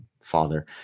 father